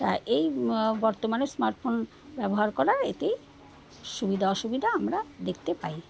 তা এই বর্তমানে স্মার্টফোন ব্যবহার করার এতেই সুবিধা অসুবিধা আমরা দেখতে পাই